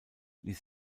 ließ